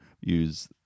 use